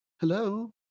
hello